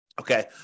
okay